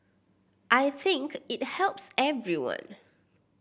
I think it helps everyone